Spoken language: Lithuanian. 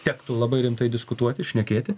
tektų labai rimtai diskutuoti šnekėti